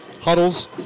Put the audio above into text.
huddles